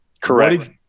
Correct